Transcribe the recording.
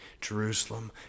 Jerusalem